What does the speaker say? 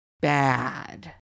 bad